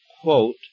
quote